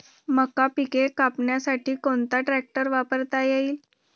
मका पिके कापण्यासाठी कोणता ट्रॅक्टर वापरता येईल?